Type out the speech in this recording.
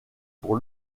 pour